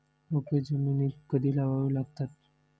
रोपे जमिनीत कधी लावावी लागतात?